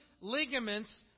ligaments